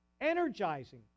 energizing